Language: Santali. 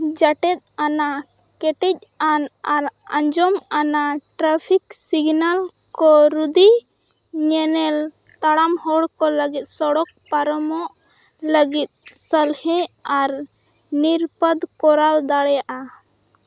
ᱡᱚᱴᱮᱫ ᱟᱱᱟᱜ ᱠᱮᱴᱮᱡᱼᱟᱱ ᱟᱨ ᱟᱸᱡᱚᱢᱟᱱᱟᱜ ᱴᱨᱟᱯᱷᱤᱠ ᱥᱤᱜᱽᱱᱟᱞ ᱠᱚ ᱨᱩᱫᱤ ᱧᱮᱱᱮᱞ ᱛᱟᱲᱟᱢ ᱦᱚᱲᱠᱚ ᱞᱟᱹᱜᱤᱫ ᱥᱚᱲᱚᱠ ᱯᱟᱨᱚᱢᱚᱜ ᱞᱟᱹᱜᱤᱫ ᱥᱚᱞᱦᱮ ᱟᱨ ᱱᱤᱨᱟᱯᱚᱫ ᱠᱚᱨᱟᱣ ᱫᱟᱲᱮᱭᱟᱜᱼᱟ